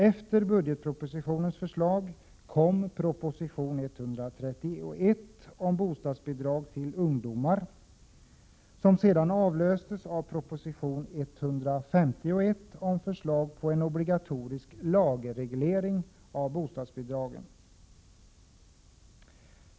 Efter budgetpropositionens förslag kom proposition 131 om bostadsbidrag till ungdomar, som sedan avlöstes av proposition 151 om förslag till en obligatorisk lagreglering av bostadsbidrag.